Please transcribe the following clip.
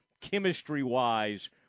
chemistry-wise